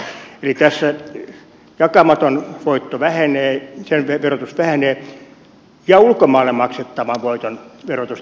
eli tässä jakamaton voitto vähenee sen verotus vähenee ja ulkomaille maksettavan voiton verotus tietysti vähenee myös